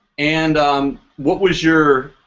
and what was your.